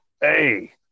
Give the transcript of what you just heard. Hey